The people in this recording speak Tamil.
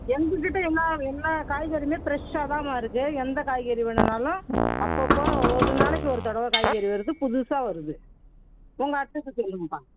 எங்ககிட்ட எல்லா எல்லா காய்கறியுமே ஃபிரெஷ்ஷாகதாம்மா இருக்குது எந்த காய்கறி வேணும்னாலும் அப்போப்போ ஒரு நாளைக்கு ஒரு தடவை காய்கறி வருது புதுசாக வருது உங்கள் அட்ரெஸ்ஸை சொல்லுங்கப்பா